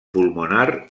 pulmonar